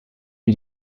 wie